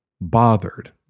bothered